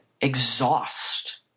exhaust